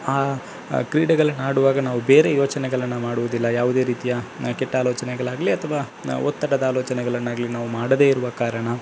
ಆ ಕ್ರೀಡೆಗಳನ್ನಾಡುವಾಗ ನಾವು ಬೇರೆ ಯೋಚನೆಗಳನ್ನು ಮಾಡುವುದಿಲ್ಲ ಯಾವುದೇ ರೀತಿಯ ಕೆಟ್ಟ ಆಲೋಚನೆಗಳಾಗಲಿ ಅಥವಾ ಒತ್ತಡದ ಆಲೋಚನೆಗಳನ್ನಾಗ್ಲಿ ನಾವು ಮಾಡದೇ ಇರುವ ಕಾರಣ